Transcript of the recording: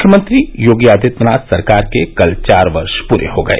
मुख्यमंत्री योगी आदित्यनाथ सरकार के कल चार वर्ष पूरे हो गए